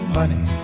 money